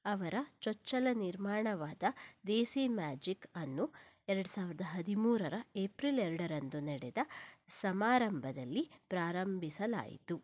ಅವರ ಚೊಚ್ಚಲ ನಿರ್ಮಾಣವಾದ ದೇಸಿ ಮ್ಯಾಜಿಕ್ ಅನ್ನು ಎರಡು ಸಾವಿರದ ಹದಿಮೂರರ ಏಪ್ರಿಲ್ ಎರಡರಂದು ನಡೆದ ಸಮಾರಂಭದಲ್ಲಿ ಪ್ರಾರಂಭಿಸಲಾಯಿತು